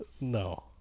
No